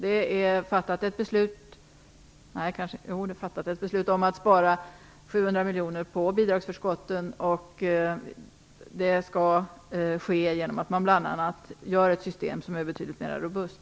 Det är fattat ett beslut om att spara 700 miljoner på bidragsförskotten. Det skall ske genom att man bl.a. skapar ett system som är betydligt mera robust.